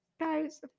Guys